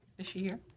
is she here?